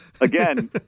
Again